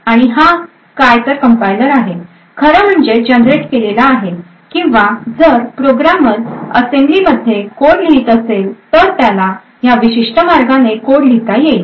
आणि हा काय तर कम्पायलर आहे खरं म्हणजे जनरेट केलेला आहे किंवा जर प्रोग्रामर असेंबली मध्ये कोड लिहीत असेल तर त्याला ह्या विशिष्ट मार्गाने कोड लिहिता येईल